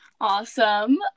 Awesome